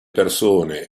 persone